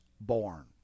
born